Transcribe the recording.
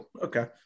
okay